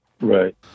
Right